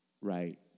Right